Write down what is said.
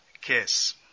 case